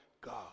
God